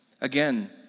Again